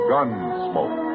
Gunsmoke